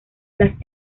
las